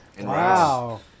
Wow